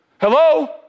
hello